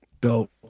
Dope